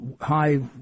high